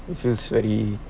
it feels very